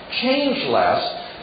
changeless